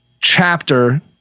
chapter